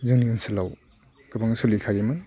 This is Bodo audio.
जोंनि ओनसोलाव गोबां सोलिखायोमोन